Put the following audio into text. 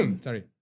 Sorry